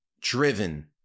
driven